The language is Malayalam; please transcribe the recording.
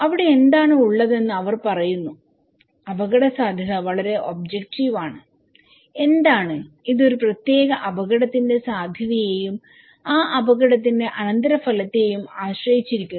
അവിടെ എന്താണ് ഉള്ളതെന്ന് അവർ കാണുന്നു അപകടസാധ്യത വളരെ ഒബ്ജെക്റ്റീവ് ആണ് എന്താണ് ഇത് ഒരു പ്രത്യേക അപകടത്തിന്റെ സാധ്യതയെയും ആ അപകടത്തിന്റെ അനന്തരഫലത്തെയും ആശ്രയിച്ചിരിക്കുന്നു